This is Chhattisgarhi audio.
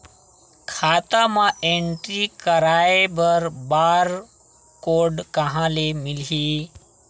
खाता म एंट्री कराय बर बार कोड कहां ले मिलही?